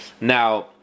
Now